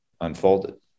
unfolded